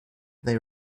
they